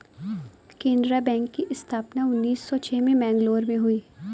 केनरा बैंक की स्थापना उन्नीस सौ छह में मैंगलोर में हुई